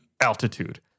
altitude